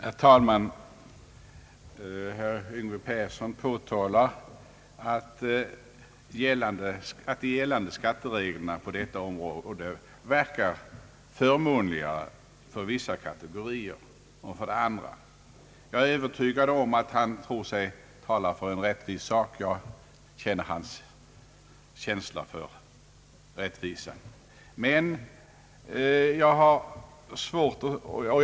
Herr talman! Herr Yngve Persson påtalar att de gällande skattereglerna på detta område verkar förmånligare för vissa kategorier. Jag är övertygad om att han tror sig tala för en rättvis sak — jag känner hans känsla för rättvisa. Men han har missuppfattat det hela.